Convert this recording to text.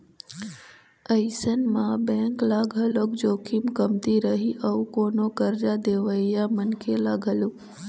अइसन म बेंक ल घलोक जोखिम कमती रही अउ कोनो करजा देवइया मनखे ल घलोक